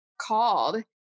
called